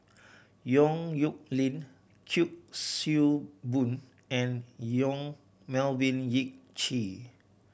Yong Nyuk Lin Kuik Swee Boon and Yong Melvin Yik Chye